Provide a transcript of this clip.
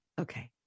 Okay